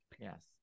Yes